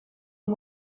and